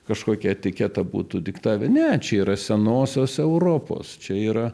kažkokį etiketą būtų diktavę ne čia yra senosios europos čia yra